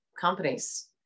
companies